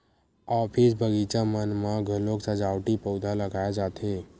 office, बगीचा मन म घलोक सजावटी पउधा लगाए जाथे